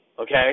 Okay